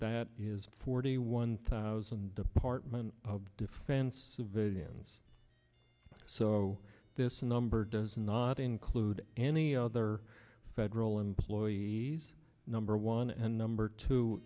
that is forty one thousand department of defense civilians so this number does not include any other federal employees number one and number two